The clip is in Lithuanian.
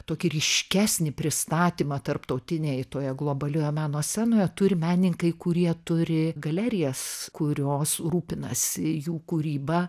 tokį ryškesnį pristatymą tarptautinėj toje globalioje meno scenoje turi menininkai kurie turi galerijas kurios rūpinasi jų kūryba